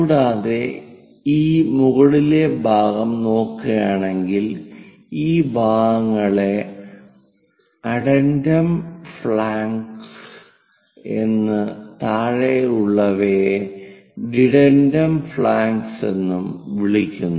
കൂടാതെ ഈ മുകളിലെ ഭാഗം നോക്കുകയാണെങ്കിൽ ഈ ഭാഗങ്ങളെ അഡെൻഡം ഫ്ലാങ്കുകൾ എന്നും താഴെയുള്ളവയെ ഡിഡെൻഡം ഫ്ലാങ്കുകൾ എന്നും വിളിക്കുന്നു